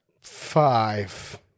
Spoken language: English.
Five